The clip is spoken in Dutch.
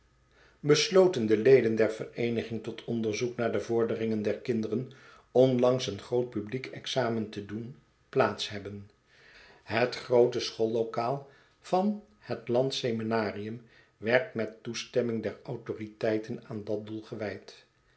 besloten de leden der vereeniging tot onderzoek naar de vorderingen der kinderen onlangs een groot publiek examen te doen plaats hebben het groote schoollokaal van het lands seminarium werd met toestemming der autoriteiten aan dat doel gewijd